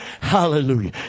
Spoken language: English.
Hallelujah